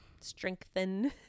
strengthen